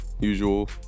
usual